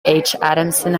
adamson